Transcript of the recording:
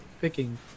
picking